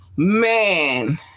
Man